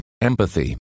empathy